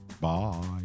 Bye